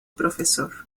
profesor